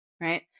right